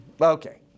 Okay